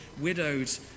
widowed